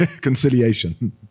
Conciliation